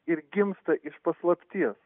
ir gimsta iš paslapties